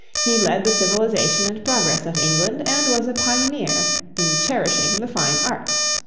he led the civilization and progress of england, and was a pioneer in cherishing the fine arts.